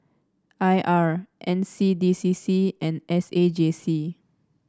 I R N C D C C and S A J C